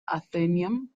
athenaeum